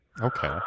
okay